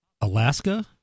Alaska